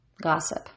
Gossip